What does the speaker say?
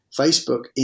Facebook